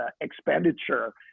expenditure